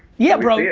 yeah, bro, yeah